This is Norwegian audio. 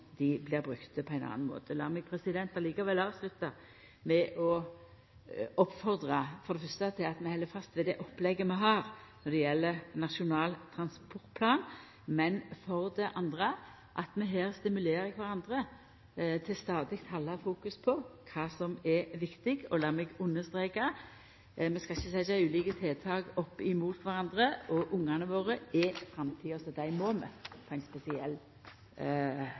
dei blir brukte på ein annan måte. Lat meg likevel avslutta med for det fyrste å oppmoda om at vi held fast ved det opplegget vi har når det gjeld Nasjonal transportplan, og for det andre at vi stimulerer kvarandre til stadig å halda fast ved det som er viktig her. Lat meg understreka: Vi skal ikkje setja ulike tiltak opp mot kvarandre. Ungane våre er framtida, så dei må vi på ein spesiell